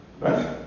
Right